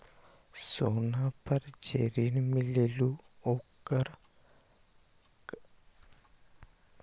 सोना पर जे ऋन मिलेलु ओपर कतेक के सालाना सुद लगेल?